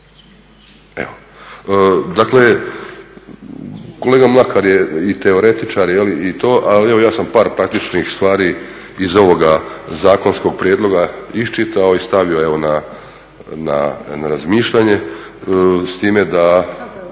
Dakle, kolega Mlakar je teoretičar i to ali evo ja sam par praktičnih stvari iz ovoga zakonskog prijedloga iščitao i stavio na razmišljanje, s time da